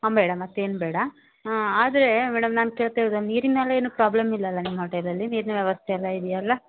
ಹಾಂ ಬೇಡ ಮತ್ತೇನು ಬೇಡ ಆದರೆ ಮೇಡಮ್ ನಾನು ಕೇಳ್ತಿರೋದು ನೀರಿನಲ್ಲೇನು ಪ್ರಾಬ್ಲಮ್ ಇಲ್ಲ ಅಲಾ ನಿಮ್ಮ ಹೋಟೆಲಲ್ಲಿ ನೀರಿನ ವ್ಯವಸ್ಥೆ ಎಲ್ಲ ಇದೆಯಲ್ಲ